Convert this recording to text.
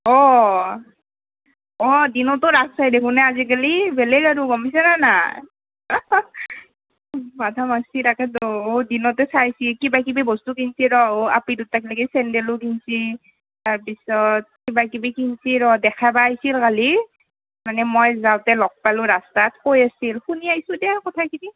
অঁ অঁ দিনতো ৰাস চাই দেখোন আজিকালি বেলেগ আৰু গম পাইছা নে নাই মাথা মাৰছি তাকেতো অঁ দিনতে চাই আহিছে কিবাকিবি বস্তু ৰ আপী দুটাক লেগি চেণ্ডেলো কিন্ছি তাৰপিছত কিবাকিবি কিন্ছি ৰ দেখাব আহিছিল কালি মানে মই যাওঁতে লগ পালোঁ ৰাস্তাত কৈ আছিল শুনি আহিছোঁ দে কথাখিনি